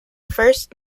first